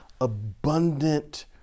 abundant